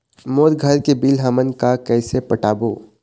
मोर घर के बिल हमन का कइसे पटाबो?